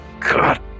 God